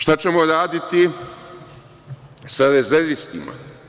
Šta ćemo raditi sa rezervistima?